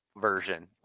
version